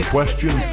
Question